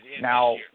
Now